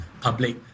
public